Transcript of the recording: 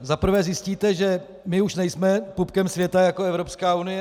Za prvé zjistíte, že my už nejsme pupkem světa jako Evropská unie.